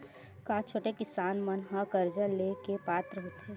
का छोटे किसान मन हा कर्जा ले के पात्र होथे?